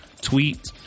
tweet